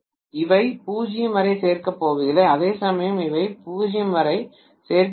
இது 0 வரை சேர்க்கப் போவதில்லை அதேசமயம் இவை 0 வரை சேர்க்கின்றன இவை 0 வரை சேர்க்கின்றன